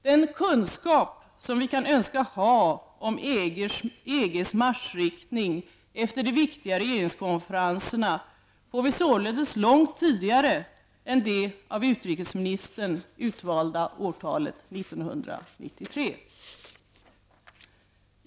Den kunskap som vi kan önska ha om EGs marschinriktning efter de viktiga regeringskonferenserna får vi således långt tidigare än det av utrikesministern utvalda årtalet 1993.